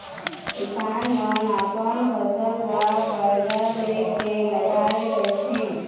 किसान मन अपन फसल ल करजा ले के लगाए रहिथे